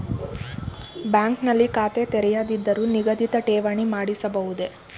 Bank ನಲ್ಲಿ ಖಾತೆ ತೆರೆಯದಿದ್ದರೂ ನಿಗದಿತ ಠೇವಣಿ ಮಾಡಿಸಬಹುದೇ?